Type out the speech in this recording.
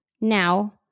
Now